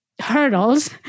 hurdles